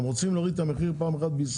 רוצים להוריד את המחיר בישראל?